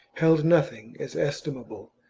held nothing as estimable,